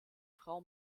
frau